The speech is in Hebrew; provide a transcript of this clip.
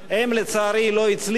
הם, לצערי, לא הצליחו.